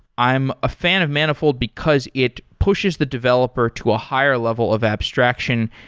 i'm a fan of manifold because it pushes the developer to a higher level of abstraction,